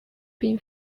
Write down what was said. been